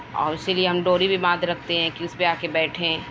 اور اِسی لئے ہم ڈوری بھی باندھ رکھتے ہیں کہ اِس پہ آ کے بیٹھیں